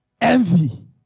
Envy